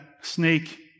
snake